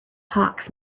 hawks